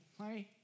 hi